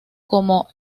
como